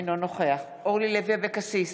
אינו נוכח אורלי לוי אבקסיס,